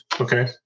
okay